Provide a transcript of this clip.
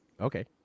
Okay